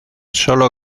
solo